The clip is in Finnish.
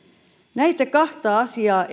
näitä kahta asiaa